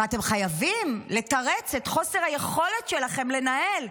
ואתם חייבים לתרץ את חוסר היכולת שלכם לנהל,